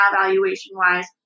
valuation-wise